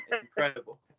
incredible